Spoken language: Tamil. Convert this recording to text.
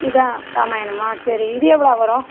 இதான் ராமாயணம்மா சரி இது எவ்வளோ வரும்